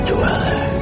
Dweller